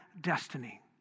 destiny